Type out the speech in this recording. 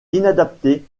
inadapté